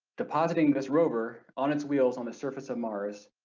depositing this rover on its wheels on the surface of mars